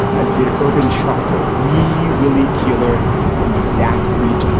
as did urban shocker. we will eat killer and zach wheat.